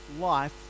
life